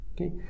Okay